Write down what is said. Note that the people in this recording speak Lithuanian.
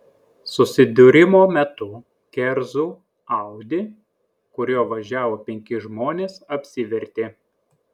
susidūrimo metu kerzų audi kuriuo važiavo penki žmonės apsivertė